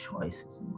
choices